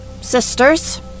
Sisters